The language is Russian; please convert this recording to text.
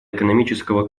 экономического